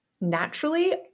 naturally